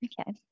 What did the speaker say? Okay